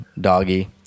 doggy